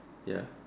ya